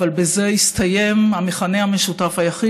אבל בזה הסתיים המכנה המשותף היחיד